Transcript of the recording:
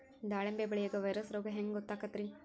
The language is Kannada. ದಾಳಿಂಬಿ ಬೆಳಿಯಾಗ ವೈರಸ್ ರೋಗ ಹ್ಯಾಂಗ ಗೊತ್ತಾಕ್ಕತ್ರೇ?